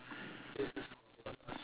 was throwing the ball